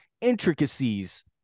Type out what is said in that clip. intricacies